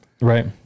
right